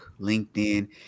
LinkedIn